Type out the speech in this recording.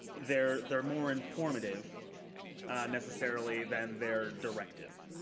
they're they're more informative necessarily than their directive.